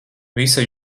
visa